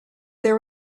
there